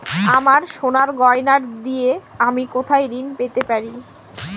আমার সোনার গয়নার দিয়ে আমি কোথায় ঋণ পেতে পারি?